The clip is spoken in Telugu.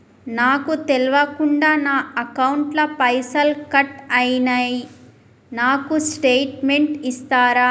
నాకు తెల్వకుండా నా అకౌంట్ ల పైసల్ కట్ అయినై నాకు స్టేటుమెంట్ ఇస్తరా?